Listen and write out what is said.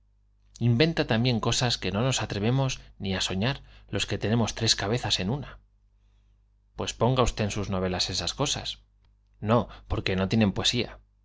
inventa también cosas que no nos atrevemos ni á soñar los que tenemos tres cabezas en una pues ponga usted en sus novelas esas cosas n o porque no tienen poesía